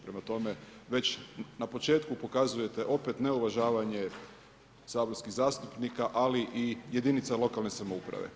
Prema tome, već na početku pokazujete opet neuvažavanje saborskih zastupnika ali i jedinica lokalne samouprave.